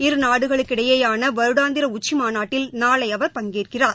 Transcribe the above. இரு நாடுகளுக்கிடையேயான வருடாந்திர உச்சி மாநாட்டில் நாளை அவா பங்கேற்கிறார்